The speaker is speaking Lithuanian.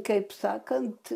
kaip sakant